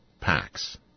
packs